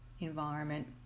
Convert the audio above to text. environment